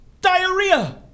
Diarrhea